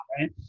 right